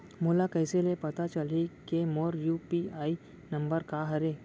मोला कइसे ले पता चलही के मोर यू.पी.आई नंबर का हरे?